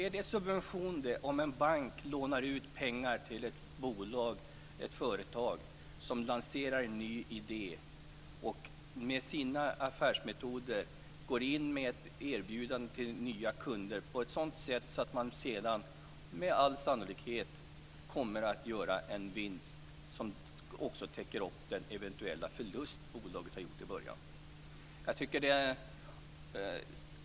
Är det en subvention om en bank lånar ut pengar till ett bolag eller företag som lanserar en ny idé och som med sina affärsmetoder går in med ett erbjudande till nya kunder på ett sådant sätt att man sedan med all sannolikhet gör en vinst som också täcker upp bolagets eventuella förlust i början?